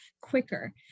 quicker